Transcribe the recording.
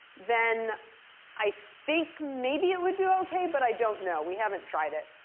then i think maybe it would do ok, but i don't know. we haven't tried it.